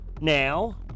now